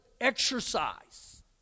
exercise